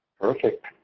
Perfect